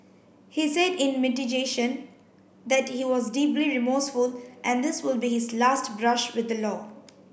he said in mitigation that he was deeply remorseful and this would be his last brush with the law